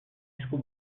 jusqu’au